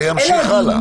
זה ימשיך הלאה.